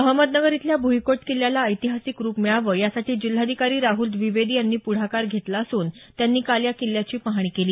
अहमदनगर इथल्या भूईकोट किल्ल्याला ऐतिहासिक रूप मिळावं यासाठी जिल्हाधिकारी राहुल द्विवेदी यांनी पुढाकार घेतला असून त्यांनी काल या किल्ल्याची पाहणी केली